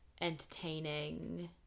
entertaining